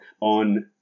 on